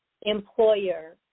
employer